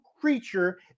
creature